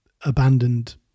abandoned